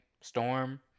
Storm